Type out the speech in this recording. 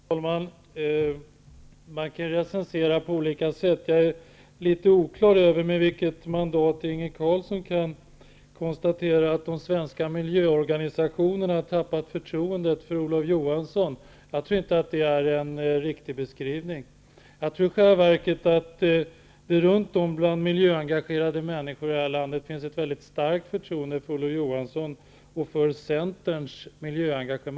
Fru talman! Man kan recensera på olika sätt. Jag är litet oklar över med vilket mandat Inge Carlsson kan konstatera att de svenska miljöorganisationerna har tappat förtroendet för Olof Johansson. Jag tror inte att det är en riktig beskrivning. I själva verket tror jag att det bland miljöengagerade människor i det här landet finns ett starkt förtroende för Olof Johansson och för Centerns miljöengagemang.